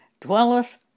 dwelleth